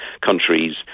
countries